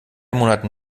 monaten